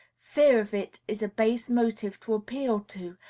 fear of it is a base motive to appeal to,